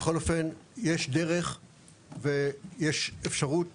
בכל אופן, יש דרך ויש אפשרות